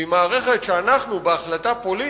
והיא מערכת שאנחנו, בהחלטה פוליטית,